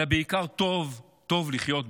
אלא בעיקר טוב לחיות בו.